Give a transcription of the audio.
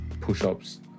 push-ups